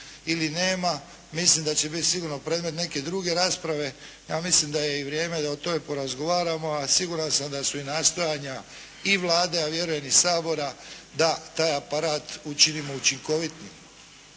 ili nema, mislim da će biti sigurno predmet neke druge rasprave, ja mislim da je i vrijeme da o tome porazgovaramo, a siguran sam da su i nastojanja i Vlade, a vjerujem i Sabora, da taj aparat učinimo učinkovitim.